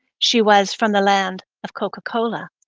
she was from the land of coca-cola,